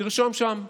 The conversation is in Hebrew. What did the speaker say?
תרשום שם "שמאלנים",